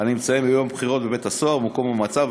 הנמצאים ביום הבחירות בבית-הסוהר או במקום המעצר,